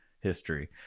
history